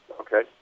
Okay